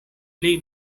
pli